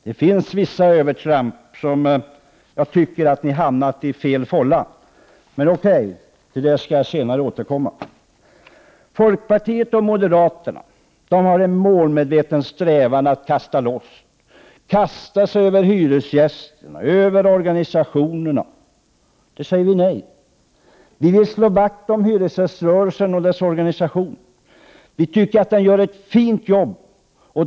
Det finns vissa övertramp, där jag tycker att ni har hamnat i fel fålla. Men okej, till det skall jag återkomma senare. Folkpartiet och moderaterna har en målmedveten strävan att kasta loss och kasta sig över hyresgästerna, deras organisationer osv. Vi säger nej till detta. Vi vill slå vakt om hyresgäströrelsen och dess organisation. Vi tycker att den gör ett fint jobb.